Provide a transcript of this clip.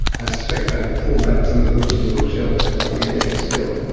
i suspect if i pull back some of the books in the bookshelf they're probably in there still,